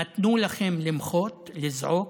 נתנו לכם למחות, לזעוק,